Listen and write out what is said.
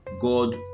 God